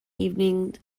evening